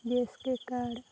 B S K Y card